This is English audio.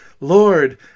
Lord